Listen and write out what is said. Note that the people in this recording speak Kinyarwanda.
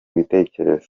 ibitekerezo